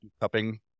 cupping